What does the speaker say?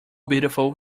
beautiful